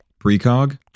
precog